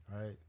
right